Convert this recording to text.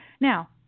Now